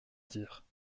dire